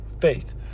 faith